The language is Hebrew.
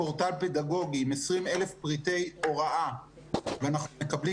פורטל פדגוגי עם 20,000 פריטי הוראה ואנחנו מקבלים